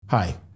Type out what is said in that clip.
Hi